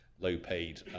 low-paid